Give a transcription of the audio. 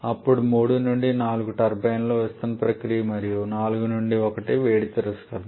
అప్పుడు 3 నుండి 4 టర్బైన్లో విస్తరణ ప్రక్రియ మరియు 4 నుండి 1 వేడి తిరస్కరణ